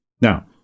Now